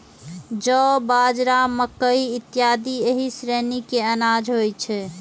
जौ, बाजरा, मकइ इत्यादि एहि श्रेणी के अनाज होइ छै